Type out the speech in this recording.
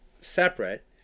separate